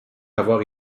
avoir